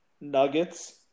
Nuggets